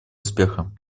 успеха